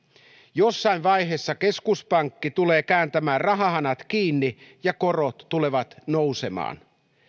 jossain vaiheessa keskuspankki tulee kääntämään rahahanat kiinni ja korot tulevat nousemaan